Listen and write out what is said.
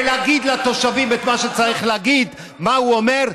ולהגיד לתושבים את מה שצריך להגיד, מה הוא אומר?